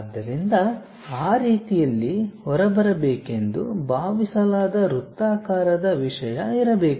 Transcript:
ಆದ್ದರಿಂದ ಆ ರೀತಿಯಲ್ಲಿ ಹೊರಬರಬೇಕೆಂದು ಭಾವಿಸಲಾದ ವೃತ್ತಾಕಾರದ ವಿಷಯ ಇರಬೇಕು